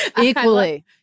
Equally